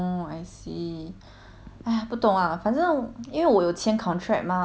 !aiya! 不懂 ah 反正因为我有签 contract mah with government you know